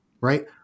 right